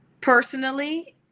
Personally